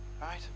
right